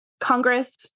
Congress